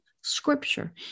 scripture